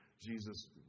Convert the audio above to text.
Jesus